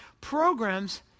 Programs